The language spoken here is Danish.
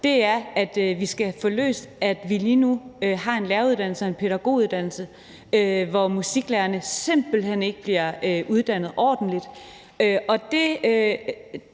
er, at vi skal få løst, at vi lige nu har en læreruddannelse og en pædagoguddannelse, hvor musiklærerne simpelt hen ikke bliver uddannet ordentligt.